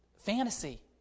fantasy